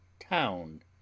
town